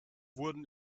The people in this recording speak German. wurden